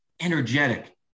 energetic